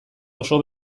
oso